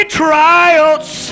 trials